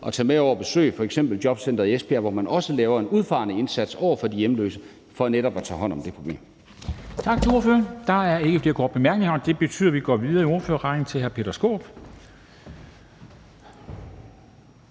og tage med over og besøge f.eks. jobcenteret i Esbjerg, hvor man også laver en udfarende indsats over for de hjemløse for netop at tage hånd om det problem.